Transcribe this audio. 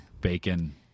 bacon